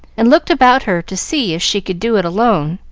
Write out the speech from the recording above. and looked about her to see if she could do it alone.